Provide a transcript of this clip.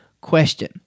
question